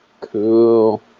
Cool